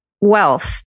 wealth